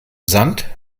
sand